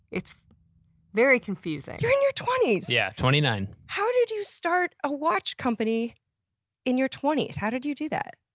it's very confusing. you're in your twenty s! yeah, twenty nine. how did you start a watch company in your twenty s? how did you do that?